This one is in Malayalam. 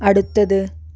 അടുത്തത്